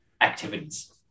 activities